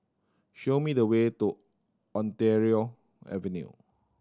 show me the way to Ontario Avenue